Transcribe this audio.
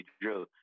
drill